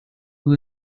who